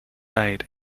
aid